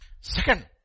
Second